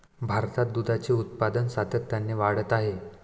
भारतात दुधाचे उत्पादन सातत्याने वाढत आहे